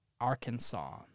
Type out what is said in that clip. Arkansas